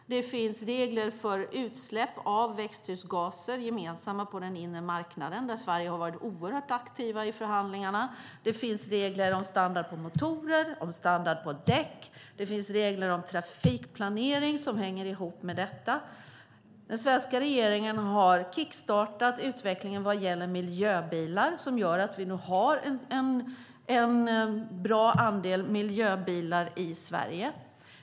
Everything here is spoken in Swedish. Det finns regler för utsläpp av växthusgaser som är gemensamma på den inre marknaden, där Sverige har varit oerhört aktivt i förhandlingarna. Det finns regler om standard på motorer och däck. Det finns regler om trafikplanering som hänger ihop med detta. Den svenska regeringen har kickstartat utvecklingen vad gäller miljöbilar, vilket gör att vi nu har en bra andel miljöbilar i Sverige.